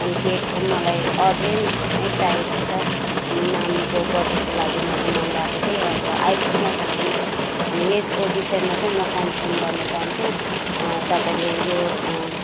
अनि केक मलाई अर्जेन्ट है चाहिएको छ अनि नानीको बर्थडेको लागि मैले मँगाएको थिएँ अब आइपुग्न सकेन अनि यसको विषयमा चाहिँ म कम्प्लेन गर्न चाहन्छु तपाईँले यो